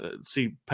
See